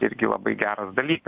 irgi labai geras dalykas